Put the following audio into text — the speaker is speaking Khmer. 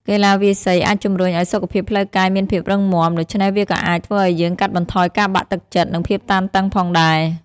កីឡាវាយសី អាចជំរុញឱ្យសុខភាពផ្លូវកាយមានភាពរឹងមាំ ដូច្នេះវាក៏អាចធ្វើឱ្យយើងកាត់បន្ថយការបាក់ទឹកចិត្ត និងភាពតានតឹងផងដែរ។